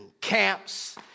camps